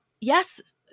yes